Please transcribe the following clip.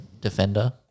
defender